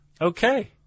Okay